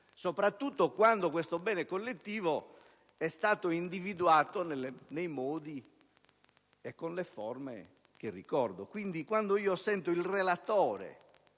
soprattutto quando questo bene collettivo è stato individuato nei modi e con le forme che ricordo. Quindi, quando sento il relatore